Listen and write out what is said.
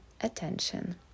attention